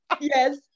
Yes